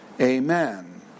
Amen